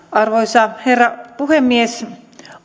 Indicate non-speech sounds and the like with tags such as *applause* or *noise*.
*unintelligible* arvoisa herra puhemies